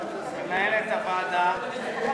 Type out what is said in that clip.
מנהלת הוועדה.